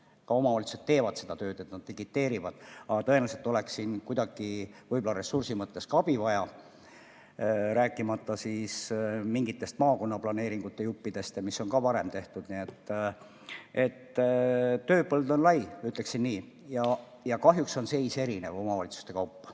Ka omavalitsused teevad seda tööd, et need digiteerida, aga tõenäoliselt oleks siin võib-olla ressursi mõttes ka abi vaja. Ma ei räägigi mingitest maakonnaplaneeringute juppidest, mis on ka varem tehtud. Nii et tööpõld on lai, ütleksin nii. Ja kahjuks on seis omavalitsuste kaupa